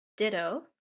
Ditto